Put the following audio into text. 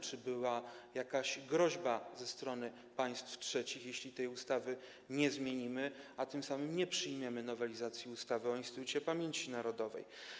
Czy była jakaś groźba ze strony państw trzecich, jeśli nie zmienimy tej ustawy, a tym samym nie przyjmiemy nowelizacji ustawy o Instytucie Pamięci Narodowej?